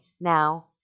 now